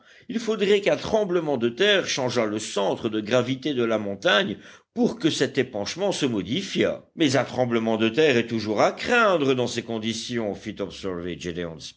il faudrait qu'un tremblement de terre changeât le centre de gravité de la montagne pour que cet épanchement se modifiât mais un tremblement de terre est toujours à craindre dans ces conditions